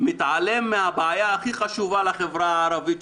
מתעלם מהבעיה הכי חשובה לחברה הערבית,